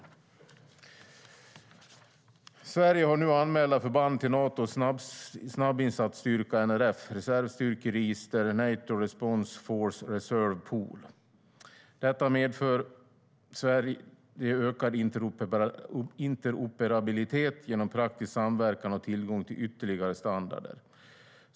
Sverige har nu anmälda förband till Natos snabbinsatsstyrkas reservstyrkeregister NATO Response Forces Reserve Pool. Detta ger Sverige ökad interoperabilitet genom praktisk samverkan och tillgång till ytterligare standarder.